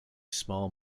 small